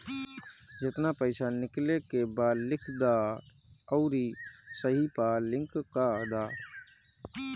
जेतना पइसा निकाले के बा लिख दअ अउरी सही पअ क्लिक कअ दअ